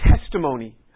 testimony